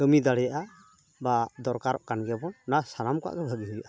ᱠᱟᱹᱢᱤ ᱫᱟᱲᱮᱭᱟᱜᱼᱟ ᱵᱟ ᱫᱚᱨᱠᱟᱨᱚᱜ ᱠᱟᱱ ᱜᱮᱭᱟᱵᱚ ᱚᱱᱟ ᱥᱟᱱᱟᱢ ᱠᱚᱣᱟᱜ ᱜᱮ ᱵᱷᱟᱹᱜᱤ ᱦᱩᱭᱩᱜᱼᱟ